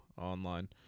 online